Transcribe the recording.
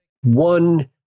one